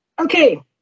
Okay